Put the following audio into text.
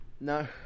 No